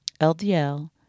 LDL